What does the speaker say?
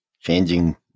changing